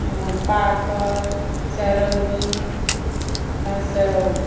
पापड़ चरौरी तहनसँ